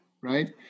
right